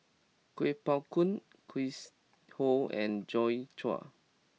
Kuo Pao Kun Chris Ho and Joi Chua